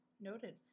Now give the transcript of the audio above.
Noted